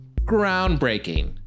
groundbreaking